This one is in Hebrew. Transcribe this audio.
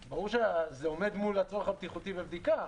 עומד מול הצורך הבטיחותי בבדיקה.